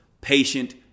patient